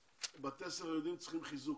בתי הספר היהודיים צריכים חיזוק,